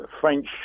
French